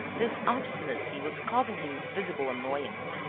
this obstinacy was causing him visible annoyance.